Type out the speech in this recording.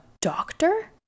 doctor